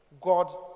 God